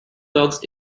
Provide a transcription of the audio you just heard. dogs